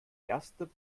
erste